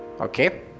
Okay